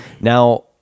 Now